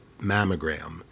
mammogram